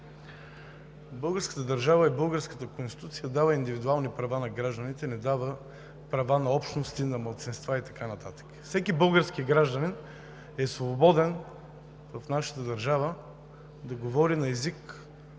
Българската държава – българската Конституция, дава индивидуални права на гражданите, не дава права на общности, на малцинства и така нататък. Всеки български гражданин е свободен в нашата държава да говори на език